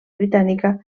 britànica